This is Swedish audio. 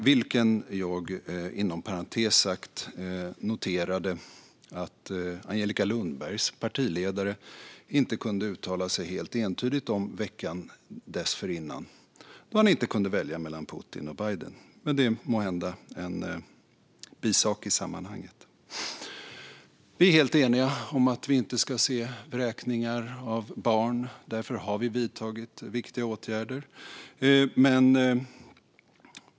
Jag noterade inom parantes sagt att Angelica Lundbergs partiledare inte kunde uttala sig helt entydigt om det veckan dessförinnan, då han inte kunde välja mellan Putin och Biden. Men det är måhända en bisak i sammanhanget. Vi är helt eniga om att vi inte ska se vräkningar av barn. Därför har vi vidtagit viktiga åtgärder.